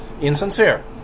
insincere